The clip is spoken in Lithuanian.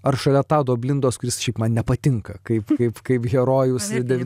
ar šalia tado blindos kuris šiaip man nepatinka kaip kaip kaip herojus ir dar